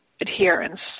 adherence